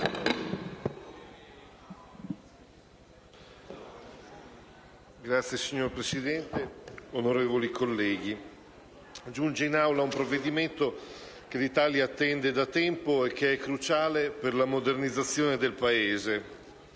*(PD)*. Signor Presidente, onorevoli colleghi, giunge in Aula un provvedimento che l'Italia attende da tempo e che è cruciale per la modernizzazione del Paese.